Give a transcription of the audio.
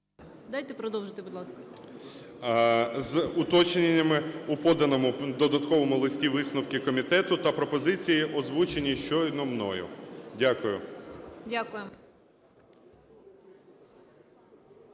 Дайте продовжити, будь ласка. ТРУХІН О.М. З уточненнями у поданому додатковому листі висновків комітету та пропозиції, озвучені щойно мною. Дякую.